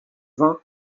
vingt